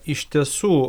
iš tiesų